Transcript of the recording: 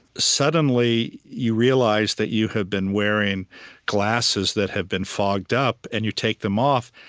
suddenly, you realize that you have been wearing glasses that have been fogged up. and you take them off,